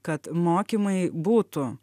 kad mokymai būtų